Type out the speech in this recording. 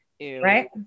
right